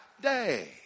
day